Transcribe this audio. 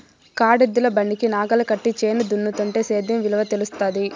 కాడెద్దుల బండికి నాగలి కట్టి చేను దున్నుతుంటే సేద్యం విలువ తెలుస్తాది